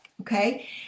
okay